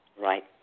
Right